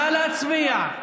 נא להצביע.